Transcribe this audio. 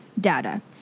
data